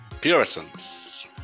Puritans